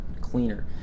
cleaner